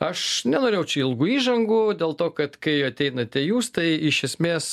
aš nenorėjau čia ilgų įžangų dėl to kad kai ateinate jūs tai iš esmės